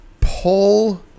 pull